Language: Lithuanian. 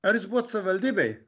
ar jūs buvot savivaldybėj